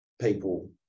people